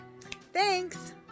Thanks